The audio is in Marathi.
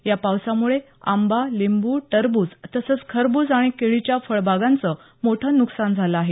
या पावसामुळे आंबा लिंबू टरबूज तसंच खरबूज आणि केळीच्या फळबागांचं मोठं नुकसान झालं आहे